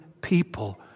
people